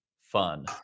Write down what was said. fun